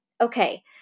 Okay